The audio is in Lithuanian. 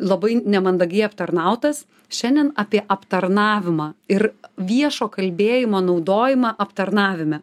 labai nemandagiai aptarnautas šiandien apie aptarnavimą ir viešo kalbėjimo naudojimą aptarnavime